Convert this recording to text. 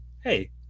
hey